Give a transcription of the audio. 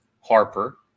Harper